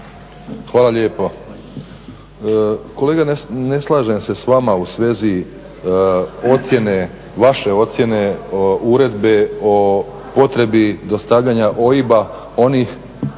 Hvala lijepo. Kolega ne slažem se s vama u svezi ocjene, vaše ocjene Uredbe o potrebi dostavljanja OIB-a onih